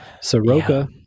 Soroka